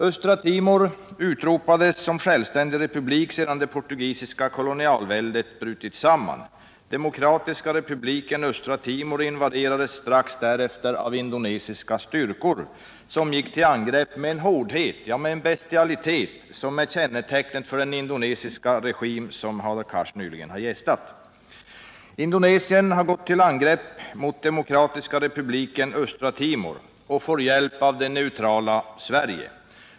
Östra Timor utropades som självständig republik sedan det portugisiska kolonialväldet brutit samman. Demokratiska republiken Östra Timor invaderades strax därefter av indonesiska styrkor som gick till angrepp med den hårdhet och bestialitet som är kännemärket för den indonesiska regim som Hadar Cars nyligen har gästat. Indonesien har gått till angrepp mot Demokratiska republiken Östra Timor och får hjälp av det neutrala Sverige.